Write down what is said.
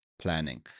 planning